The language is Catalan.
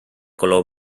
color